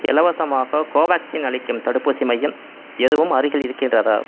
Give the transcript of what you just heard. இலவசமாக கோவேக்சின் அளிக்கும் தடுப்பூசி மையம் எதுவும் அருகில் இருக்கின்றதா